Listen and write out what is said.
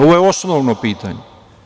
Ovo je osnovno pitanje.